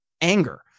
anger